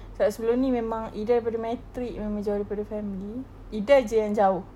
sebab sebelum ini memang ida daripada metrik memang jauh daripada family ida saja yang jauh